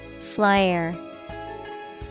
Flyer